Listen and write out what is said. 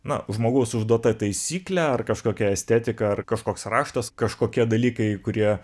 na žmogaus užduota taisyklė ar kažkokia estetika ar kažkoks raštas kažkokie dalykai kurie